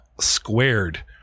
squared